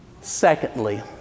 Secondly